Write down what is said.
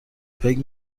فکر